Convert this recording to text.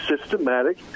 systematic